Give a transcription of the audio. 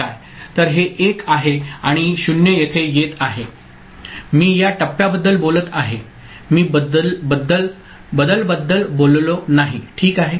तर हे 1 आहे आणि 0 येथे येत आहे मी या टप्प्याबद्दल बोलत आहे मी बदलबद्दल बोललो नाही ठीक आहे